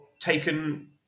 taken